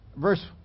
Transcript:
verse